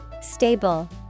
Stable